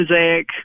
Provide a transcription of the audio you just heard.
mosaic